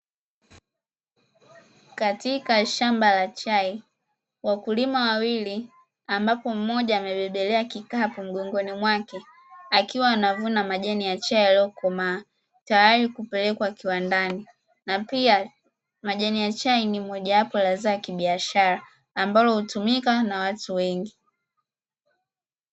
Katika shamba la chai wakulima wawili ambapo mmoja amebebelea kikapo mgongoni mwake, akiwa anavuna majani ya chai yaliyokomaa tayari kupelekwa kiwandani, na pia majani ya chai ni mojawapo ya zao la kibiashara ambalo hutumuka na watu wengi.